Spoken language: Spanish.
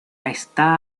está